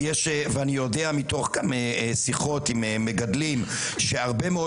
אני יודע מתוך שיחות עם מגדלים שהרבה מאוד